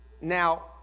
Now